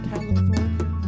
California